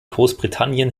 großbritannien